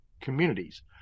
communities